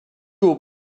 haut